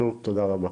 שוב תודה רבה.